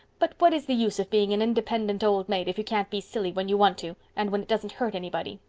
but what is the use of being an independent old maid if you can't be silly when you want to, and when it doesn't hurt anybody?